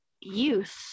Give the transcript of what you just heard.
youth